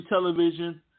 television